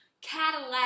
Cadillac